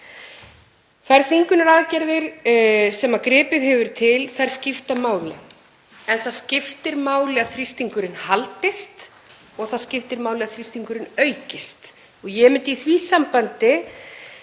Þær þvingunaraðgerðir sem gripið hefur verið til skipta máli en það skiptir máli að þrýstingurinn haldist og það skiptir máli að þrýstingurinn aukist. Ég myndi í því sambandi